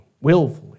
willfully